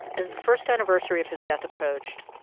as the first anniversary of his death approached,